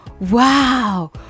wow